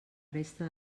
resta